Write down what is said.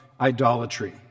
idolatry